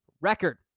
record